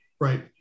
right